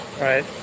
right